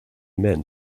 men